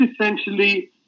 essentially